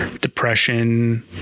depression